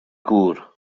gŵr